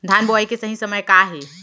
धान बोआई के सही समय का हे?